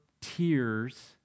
tears